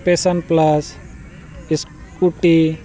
ᱯᱮᱥᱚᱱ Plus scooty